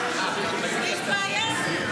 יש בעיה?